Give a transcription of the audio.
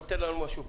דבר איתנו פרקטית.